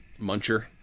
Muncher